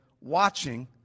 watching